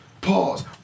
Pause